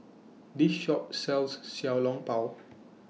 This Shop sells Xiao Long Bao